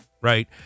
Right